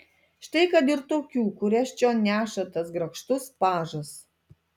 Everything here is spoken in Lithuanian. štai kad ir tokių kurias čion neša tas grakštus pažas